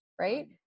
right